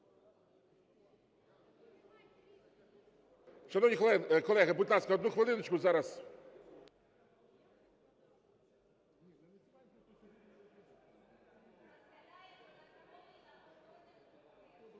Шановні колеги, будь ласка, одну хвилиночку, зараз.